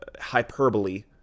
hyperbole